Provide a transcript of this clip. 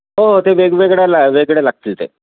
हो ते वेगवेगळ्या ला वेगळे लागतील ते